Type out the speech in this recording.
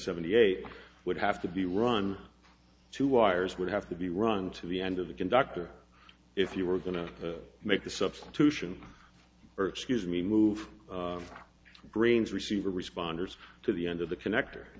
seventy eight would have to be run two wires would have to be run to the end of the conductor if you were going to make a substitution or excuse me move our brains receiver responders to the end of the connector